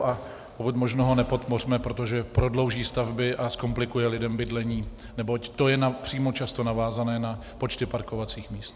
A pokud možno ho nepodpořme, protože prodlouží stavby a zkomplikuje lidem bydlení, neboť to je často přímo navázané na počty parkovacích míst.